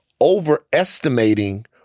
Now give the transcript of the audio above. overestimating